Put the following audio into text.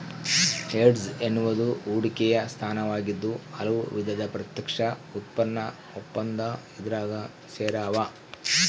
hedge ಎನ್ನುವುದು ಹೂಡಿಕೆಯ ಸ್ಥಾನವಾಗಿದ್ದು ಹಲವು ವಿಧದ ಪ್ರತ್ಯಕ್ಷ ಉತ್ಪನ್ನ ಒಪ್ಪಂದ ಇದ್ರಾಗ ಸೇರ್ಯಾವ